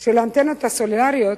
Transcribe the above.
של האנטנות הסלולריות,